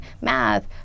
math